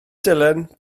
dylan